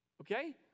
Okay